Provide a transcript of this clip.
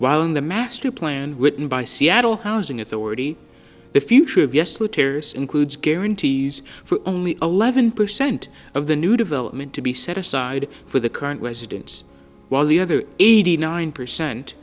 while in the master plan wouldn't buy seattle housing authority the future of yes to terrorists includes guarantees for only eleven percent of the new development to be set aside for the current residents while the other eighty nine percent